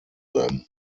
them